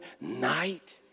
night